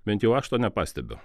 bent jau aš to nepastebiu